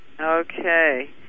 Okay